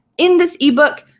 in this ebook,